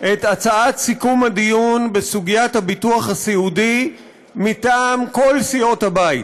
את הצעת סיכום הדיון בסוגיית הביטוח הסיעודי מטעם כל סיעות הבית.